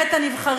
מה זה כל המדינה?